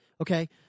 Okay